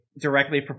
Directly